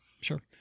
Sure